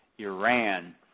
Iran